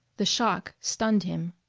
the shock stunned him.